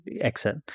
exit